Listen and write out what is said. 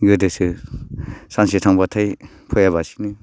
गोदोसो सानसे थांब्लाथाय फैआलासिनो